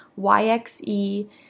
YXE